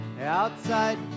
outside